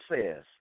says